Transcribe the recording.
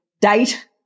date